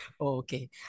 Okay